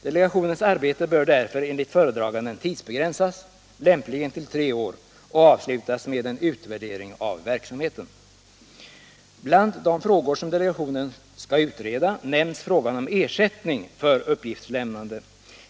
Delegationens arbete bör därför enligt föredraganden tidsbegränsas, lämpligen till tre år, och avslutas med en utvärdering av verksamheten. Bland de frågor som delegationen skall utreda nämns ersättning för uppgiftslämnande.